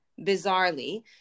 bizarrely